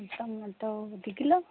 tomato ଦୁଇ kilo